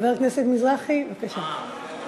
חבר הכנסת מזרחי, בבקשה,